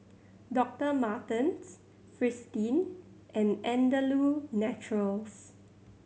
Doctor Martens Fristine and Andalou Naturals